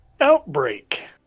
outbreak